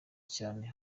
cyane